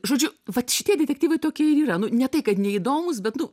žodžiu vat šitie detektyvai tokie ir yra nu ne tai kad neįdomūs bet nu